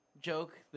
joke